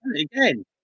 Again